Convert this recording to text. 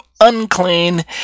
unclean